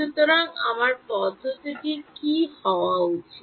সুতরাং আমার পদ্ধতির কী হওয়া উচিত